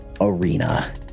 arena